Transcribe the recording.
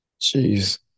Jeez